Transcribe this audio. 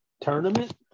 tournament